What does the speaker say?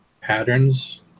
patterns